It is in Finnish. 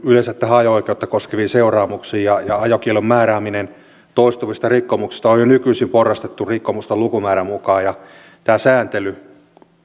yleensä ajo oikeutta koskeviin seuraamuksiin ja ja ajokiellon määrääminen toistuvista rikkomuksista on jo nykyisin porrastettu rikkomusten lukumäärän mukaan tämä sääntely